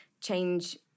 change